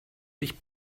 sich